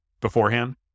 beforehand